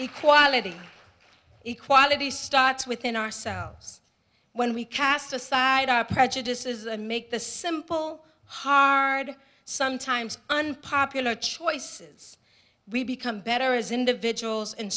equality equality starts within ourselves when we cast aside our prejudices and make the simple hard sometimes unpopular choices we become better as individuals and